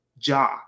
Ja